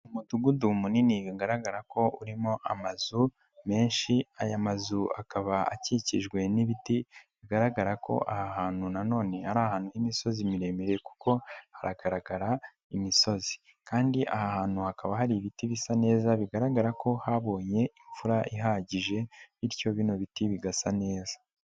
Umudugudu munini bigaragara ko urimo amazu menshi, aya mazu akaba akikijwe n'ibiti bigaragara ko aha hantu nanone ari ahantu h'imisozi miremire kuko haragaragara imisozi kandi aha hantu hakaba hari ibiti bisa neza bigaragara ko habonye imfura ihagije bityo bino biti bigasa neza.